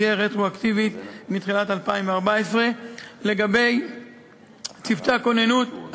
זה יהיה רטרואקטיבית מתחילת 2014. לגבי צוותי הכוננות,